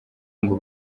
ngo